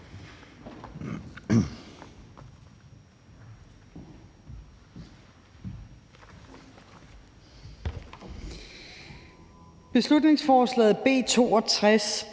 Beslutningsforslaget B 62